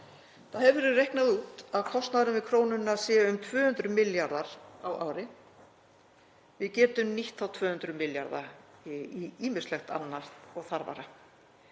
Það hefur verið reiknað út að kostnaðurinn við krónuna sé um 200 milljarðar á ári. Við getum nýtt þá 200 milljarða í ýmislegt annað og þarfara.